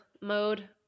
mode